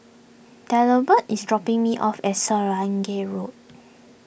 Delbert is dropping me off at Swanage Road